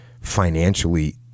financially